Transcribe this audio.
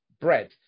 bread